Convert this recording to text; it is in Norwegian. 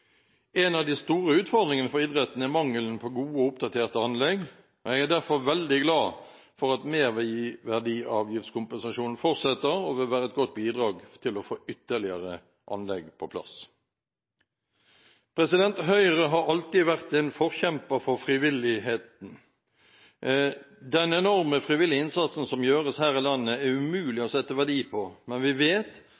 En av de store utfordringene for idretten er mangelen på gode og oppdaterte anlegg. Jeg er derfor veldig glad for at merverdiavgiftskompensasjonen fortsetter, og den vil være et godt bidrag til å få ytterligere anlegg på plass. Høyre har alltid vært en forkjemper for frivilligheten. Den enorme frivillige innsatsen som gjøres her i landet, er umulig